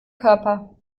körper